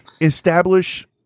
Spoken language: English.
establish